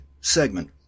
segment